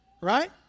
right